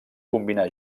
combinar